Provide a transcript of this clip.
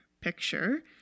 picture